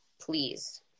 please